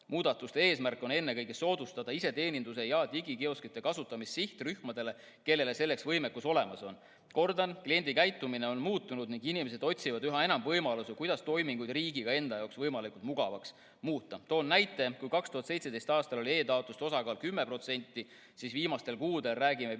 Muudatuste eesmärk on ennekõike soodustada iseteeninduse ja digikioskite kasutamist sihtrühmade seas, kellel selleks võimekus olemas on. Kordan: kliendikäitumine on muutunud ning inimesed otsivad üha enam võimalusi, kuidas toimingud riigiga [suheldes] enda jaoks võimalikult mugavaks muuta. Toon näite. Kui 2017. aastal oli e‑taotluste osakaal 10%, siis viimastel kuudel räägime 50%‑lisest